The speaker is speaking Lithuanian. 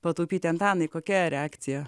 pataupyti antanai kokia reakcija